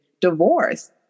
divorce